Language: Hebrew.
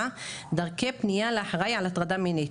דרכי פנייה לאחראי על הטרדה מינית.